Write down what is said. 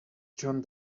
john